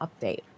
update